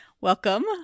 Welcome